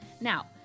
Now